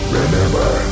remember